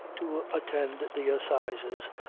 to attend the assizes,